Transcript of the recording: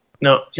No